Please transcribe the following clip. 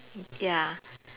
ya